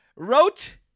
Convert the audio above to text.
Wrote